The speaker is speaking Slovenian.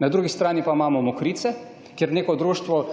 Na drugi strani pa imamo Mokrice, kjer neko društvo